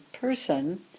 person